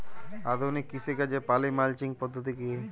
আধুনিক কৃষিকাজে poly mulching পদ্ধতি কি?